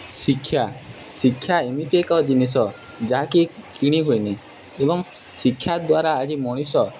ଶିକ୍ଷା ଶିକ୍ଷା ଏମିତି ଏକ ଜିନିଷ ଯାହାକି କିଣି ହୁଏନି ଏବଂ ଶିକ୍ଷା ଦ୍ୱାରା ଆଜି ମଣିଷ